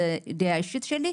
זה דעה אישית שלי.